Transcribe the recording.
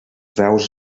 daus